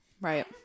right